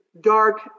dark